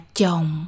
chồng